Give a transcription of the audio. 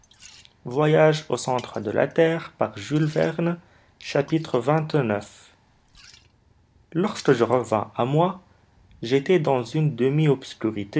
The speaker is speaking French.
xxix lorsque je revins à moi j'étais dans une